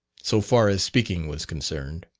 so far as speaking was concerned.